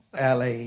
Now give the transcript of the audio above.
la